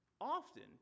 often